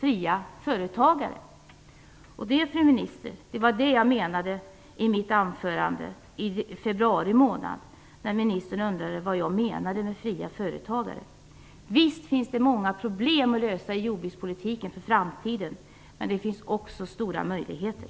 fria företagare. Det var det jag menade, fru minister, i mitt anförande i februari månad. Visst finns det många problem att lösa i jordbrukspolitiken för framtiden, men det finns också stora möjligheter.